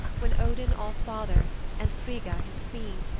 when odin all-father and frigga, his queen,